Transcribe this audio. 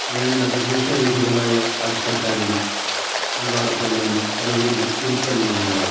വേണ്ടത് വിഷരഹിതമായ പച്ചക്കറിയും അതോടൊപ്പം തന്നെ പ്രകൃതി ഉൽപ്പന്നങ്ങളുമാണ്